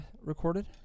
recorded